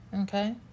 Okay